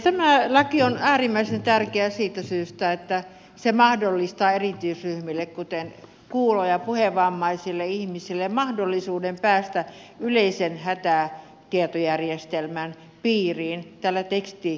tämä laki on äärimmäisen tärkeä siitä syystä että se mahdollistaa erityisryhmille kuten kuulo ja puhevammaisille ihmisille mahdollisuuden päästä yleisen hätätietojärjestelmän piiriin tekstiviestillä